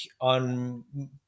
on